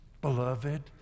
Beloved